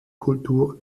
kultur